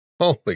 Holy